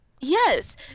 Yes